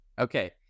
Okay